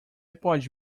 pode